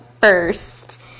first